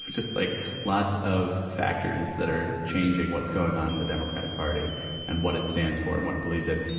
just like lots of factors that are changing what's going on in the democratic party and what it stands for, and what it believes in.